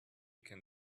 can